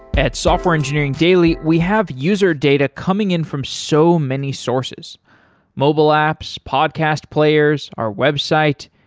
at software engineering daily, we have user data coming in from so many sources mobile apps, podcast players, our website,